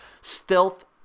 stealth